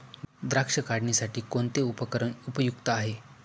द्राक्ष काढणीसाठी कोणते उपकरण उपयुक्त आहे?